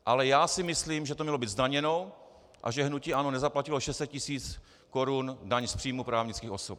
Ale já si myslím, že to mělo být zdaněno a že hnutí ANO nezaplatilo 600 tisíc korun daň z příjmu právnických osob.